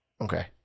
Okay